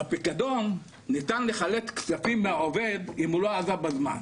בפיקדון ניתן לחלט כספים מהעובד אם הוא לא עזב בזמן,